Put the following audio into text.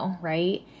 right